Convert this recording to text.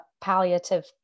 palliative